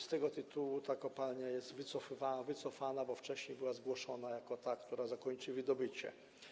Z tego tytułu ta kopalnia jest wycofana, bo wcześniej była zgłoszona jako ta, która zakończy wydobycie.